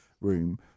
room